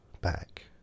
Back